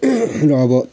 र अब